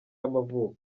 y’amavuko